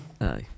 Aye